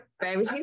Baby